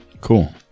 Cool